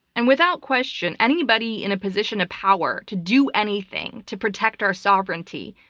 and without question, anybody in a position of power to do anything to protect our sovereignty,